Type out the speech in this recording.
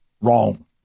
wrong